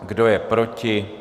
Kdo je proti?